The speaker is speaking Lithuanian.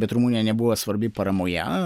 bet rumunija nebuvo svarbi paramoje